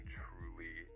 truly